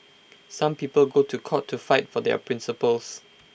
some people go to court to fight for their principles